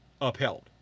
upheld